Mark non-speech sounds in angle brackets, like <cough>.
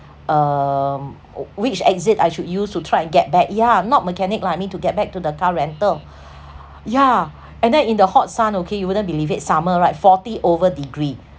um wh~ which exit I should use to try and get back yeah not mechanic lah I mean to get back to the car rental <breath> yeah and then in the hot sun okay you wouldn't believe it summer right forty over degree